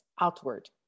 outward